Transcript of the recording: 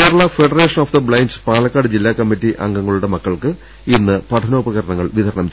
Kerala federation of the blind Palakkad ജില്ലാ committee അംഗങ്ങളുടെ മക്കൾക്ക് ഇന്ന് പഠ നോ പകരണങ്ങൾ വിതരണം